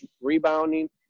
rebounding